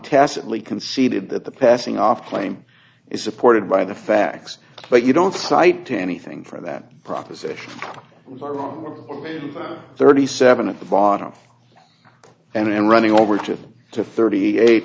tacitly conceded that the passing off claim is supported by the facts but you don't cite to anything for that proposition thirty seven at the bottom and running over to to thirty eight